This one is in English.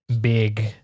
big